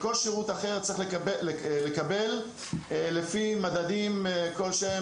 כל שירות אחר צריך לקבל לפי מדדים כלשהם.